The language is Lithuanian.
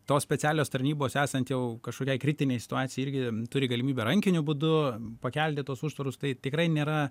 tos specialios tarnybos esant jau kažkokiai kritinei situacijai irgi turi galimybę rankiniu būdu pakelti tuos užtvarus tai tikrai nėra